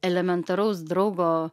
elementaraus draugo